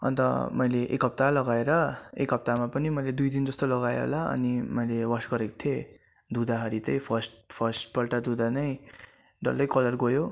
अन्त मैले एक हप्ता लगाएर एक हप्तामा पनि मैले दुई दिन जस्तो लगाएँ होला अनि मैले वास गरेको थिएँ धुँदाखेरि चाहिँ फर्स्ट फर्स्टपल्ट धुँदा नै डल्लै कलर गयो